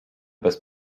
bez